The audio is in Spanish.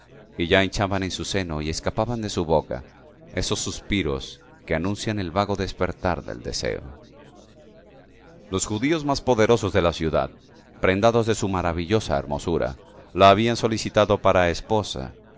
y ya hinchaban su seno y se escapaban de su boca esos suspiros que anuncian el vago despertar del deseo los judíos más poderosos de la ciudad prendados de su maravillosa hermosura la habían solicitado para esposa